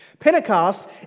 Pentecost